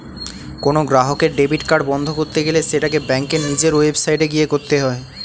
কোনো গ্রাহকের debit card বন্ধ করতে গেলে সেটাকে ব্যাঙ্কের নিজের ওয়েবসাইটে গিয়ে করতে হয়ে